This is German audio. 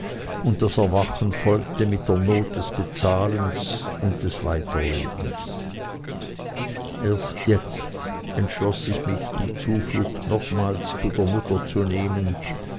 und das erwachen folgte mit der not des bezahlens und des weiterlebens erst jetzt entschloß ich mich die zuflucht nochmals zur mutter zu nehmen